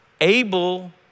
able